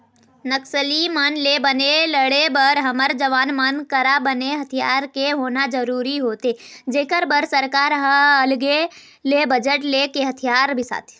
नक्सली मन ले बने लड़े बर हमर जवान मन करा बने हथियार के होना जरुरी होथे जेखर बर सरकार ह अलगे ले बजट लेके हथियार बिसाथे